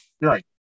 Right